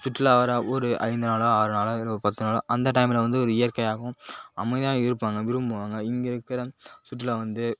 சுற்றுலா வர ஒரு ஐந்து நாளோ ஆறு நாளோ இல்லை பத்து நாளோ அந்த டைமில் வந்து ஒரு இயற்கையாகவும் அமைதியாகவும் இருப்பாங்க விரும்புவாங்க இங்கே இருக்கிற சுற்றுலா வந்து